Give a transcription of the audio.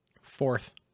Fourth